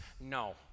No